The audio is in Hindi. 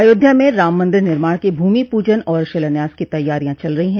अयोध्या में राम मंदिर निर्माण के भूमि पूजन और शिलान्यास की तैयारियां चल रही हैं